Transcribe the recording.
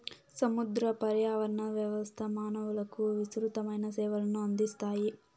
సముద్ర పర్యావరణ వ్యవస్థ మానవులకు విసృతమైన సేవలను అందిస్తాయి